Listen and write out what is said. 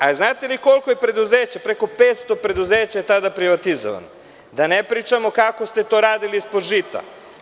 Da li znate koliko je preduzeća, preko 500 preduzeća je tada privatizovano, da ne pričamo kako ste to radili ispod žita.